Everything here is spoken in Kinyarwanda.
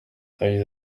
yagize